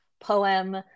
poem